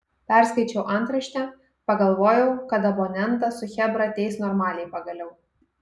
perskaičiau antraštę pagalvojau kad abonentą su chebra teis normaliai pagaliau